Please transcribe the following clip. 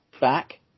back